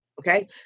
Okay